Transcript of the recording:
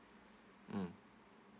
mm